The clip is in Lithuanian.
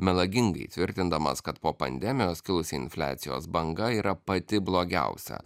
melagingai tvirtindamas kad po pandemijos kilusi infliacijos banga yra pati blogiausia